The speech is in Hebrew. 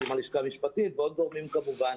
עם הלשכה המשפטית ועוד גורמים כמובן.